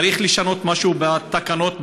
צריך לשנות משהו בתקנות,